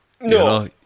No